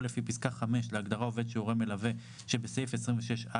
לפי פסקה (5) להגדרה "עובד שהוא הורה מלווה" שבסעיף 26א,